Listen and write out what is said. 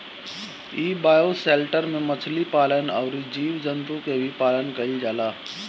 इ बायोशेल्टर में मछली पालन अउरी जीव जंतु के भी पालन कईल जाला